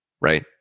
right